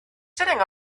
sitting